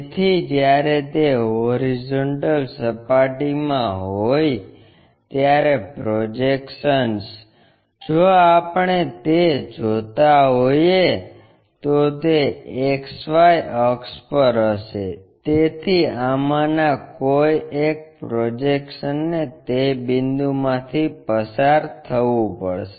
તેથી જ્યારે તે હોરિઝોન્ટલ સપાટીમાં હોય ત્યારે પ્રોજેક્શન્સ જો આપણે તે જોતા હોઈએ તો તે XY અક્ષ પર હશે તેથી આમાંના કોઈ એક પ્રોજેક્શન્સને તે બિંદુમાંથી પસાર થવું પડશે